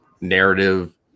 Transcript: narrative